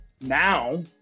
now